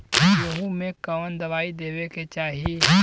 गेहूँ मे कवन दवाई देवे के चाही?